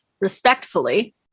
Respectfully